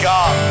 God